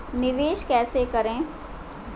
निवेश कैसे करें?